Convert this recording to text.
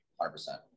100%